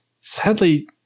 Sadly